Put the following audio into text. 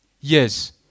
Yes